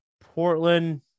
Portland